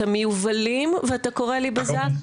אתה מיובלים ואתה קורא לי בזק?